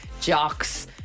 jocks